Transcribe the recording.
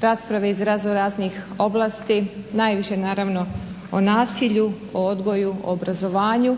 rasprave iz raznoraznih oblasti, najviše naravno o nasilju, o odgoju, obrazovanju